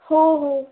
हो हो